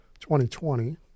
2020